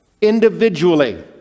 Individually